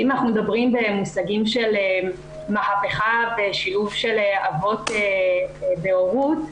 ואם אנחנו מדברים במושגים של מהפכה בשילוב של אבות בהורות,